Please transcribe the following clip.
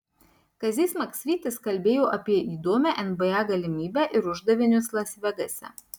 kazys maksvytis kalbėjo apie įdomią nba galimybę ir uždavinius las vegase